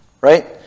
right